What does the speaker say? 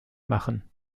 machen